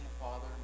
father